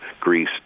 Greece